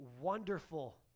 wonderful